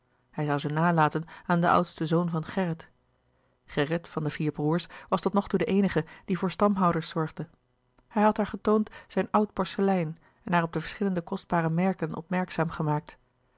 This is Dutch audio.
hij zoû ze nalaten aan den oudsten zoon van gerrit gerrit van de vier broêrs was tot nog toe de eenige die voor stamhouders zorgde hij had haar getoond zijn oud porcelein en haar op de verschillende kostbare merken opmerkzaam gemaakt